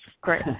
Great